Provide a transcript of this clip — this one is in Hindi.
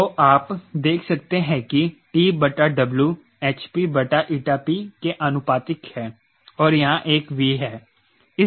तो आप देख सकते हैं कि TW hp बटा np के आनुपातिक है और यहां एक V है